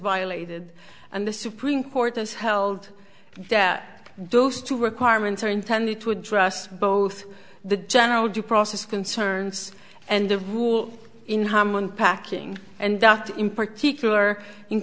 violated and the supreme court has held that those two requirements are intended to address both the general due process concerns and the rule in harman packing and that in particular in